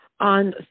on